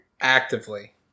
Actively